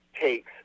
takes